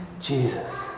Jesus